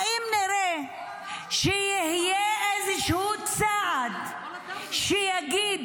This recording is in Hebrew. האם נראה שיהיה איזה צעד שיגיד